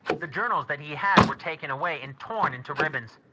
the journals that he had were taken away and torn into ribbons.